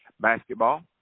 Basketball